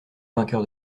vainqueur